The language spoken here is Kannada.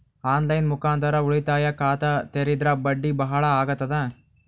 ಆನ್ ಲೈನ್ ಮುಖಾಂತರ ಉಳಿತಾಯ ಖಾತ ತೇರಿದ್ರ ಬಡ್ಡಿ ಬಹಳ ಅಗತದ?